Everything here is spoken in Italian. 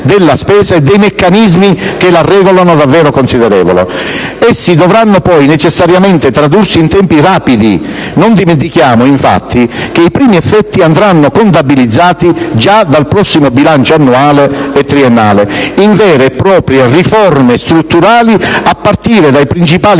della spesa e dei meccanismi che la regolano davvero considerevole. Essi dovranno poi necessariamente tradursi in tempi rapidi (non dimentichiamo infatti che i primi effetti andranno contabilizzati già dal prossimo bilancio annuale e triennale) in vere e proprie riforme strutturali, a partire dai principali